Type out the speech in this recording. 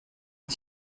mày